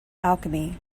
alchemy